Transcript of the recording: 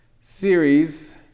series